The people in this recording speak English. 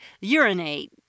urinate